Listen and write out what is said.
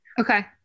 Okay